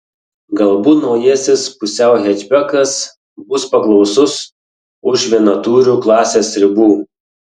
galbūt naujasis pusiau hečbekas bus paklausus už vienatūrių klasės ribų